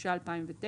התש"ע 2009,